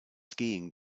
skiing